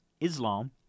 Islam